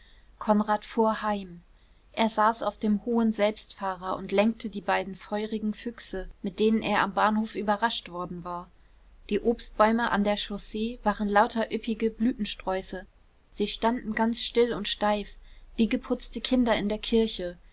konrad fuhr heim er saß auf dem hohen selbstfahrer und lenkte die beiden feurigen füchse mit denen er am bahnhof überrascht worden war die obstbäume an der chaussee waren lauter üppige blütensträuße sie standen ganz still und steif wie geputzte kinder in der kirche